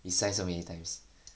you sigh so many times